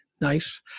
nice